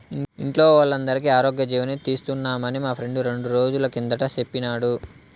ఇంట్లో వోల్లందరికీ ఆరోగ్యజీవని తీస్తున్నామని మా ఫ్రెండు రెండ్రోజుల కిందట సెప్పినాడు